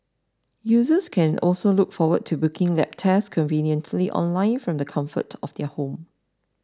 users can also look forward to booking lab tests conveniently online from the comfort of their home